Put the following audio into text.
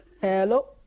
Hello